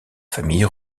famille